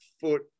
foot